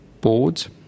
boards